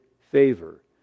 favor